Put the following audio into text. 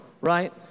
right